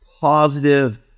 positive